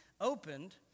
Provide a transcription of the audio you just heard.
opened